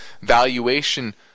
valuation